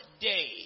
day